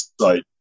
site